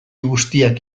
guztiak